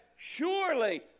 surely